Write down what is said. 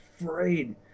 afraid